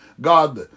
God